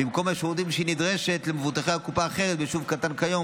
במקום השירותים שהיא נדרשת למבוטחי הקופה האחרת ביישוב קטן כיום,